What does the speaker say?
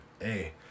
Hey